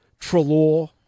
Trelaw